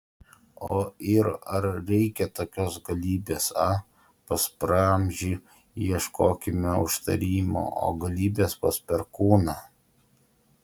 o ir ar reikia tokios galybės a pas praamžį ieškokime užtarimo o galybės pas perkūną